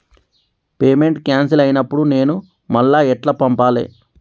Payment cancel అయినపుడు నేను మళ్ళా ఎట్ల పంపాలే?